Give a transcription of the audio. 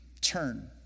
Turn